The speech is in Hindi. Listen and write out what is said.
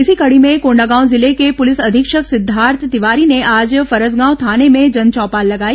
इसी कड़ी में कोंडागांव जिले के पुलिस अधीक्षक सिद्धार्थ तिवारी ने आज फरसगांव थाने में जनचौपाल लगाई